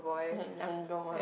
younger one